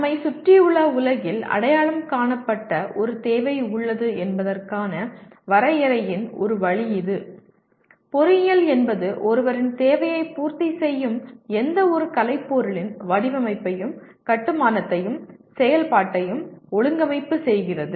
நம்மைச் சுற்றியுள்ள உலகில் அடையாளம் காணப்பட்ட ஒரு தேவை உள்ளது என்பதற்கான வரையறையின் ஒரு வழி இது பொறியியல் என்பது ஒருவரின் தேவையைப் பூர்த்தி செய்யும் எந்தவொரு கலைப்பொருளின் வடிவமைப்பையும் கட்டுமானத்தையும் செயல்பாட்டையும் ஒழுங்கமைப்பு செய்கிறது